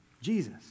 Jesus